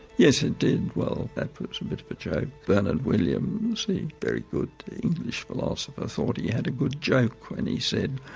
yes it did. well that was a bit of a joke. bernard williams a very good english philosopher thought he had a good joke when he said,